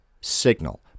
signal